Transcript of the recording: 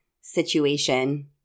situation